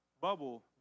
bubble